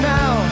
now